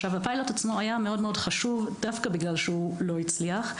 הפיילוט עצמו היה מאוד מאוד חשוב דווקא בגלל שהוא לא הצליח,